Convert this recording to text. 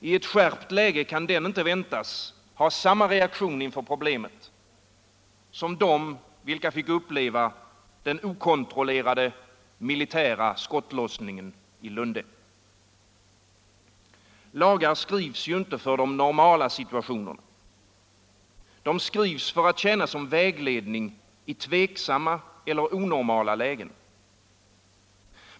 I ett skärpt läge kan den inte väntas ha samma reaktion inför problemet som de vilka fick uppleva den okontrollerade militära skottlossningen i Lunde. Lagar skrivs inte för de normala situationerna. De skrivs för att tjäna som vägledning i tveksamma eller onormala lägen.